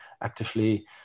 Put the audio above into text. actively